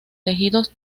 tejidos